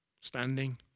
standing